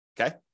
okay